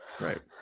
Right